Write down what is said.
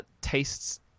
tastes